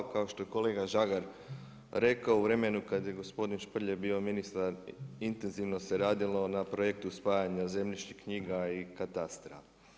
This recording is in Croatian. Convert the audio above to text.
Kao što je kolega Žagar rekao, u vremenu kad je gospodin Šprlje bio ministar intenzivno se radilo na projektu spajanju zemljišnih knjiga i katastra.